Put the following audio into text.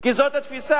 כי זו התפיסה.